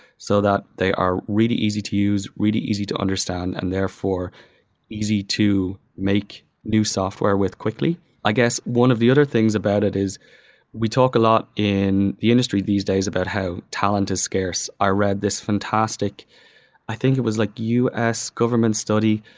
so that they are really easy to use, really easy to understand, and therefore easy to make new software with quickly i guess, one of the other things about it is we talk a lot in the industry these days about how talent is scarce. i read this fantastic i think it was like us government study,